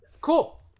cool